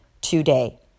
today